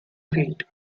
feet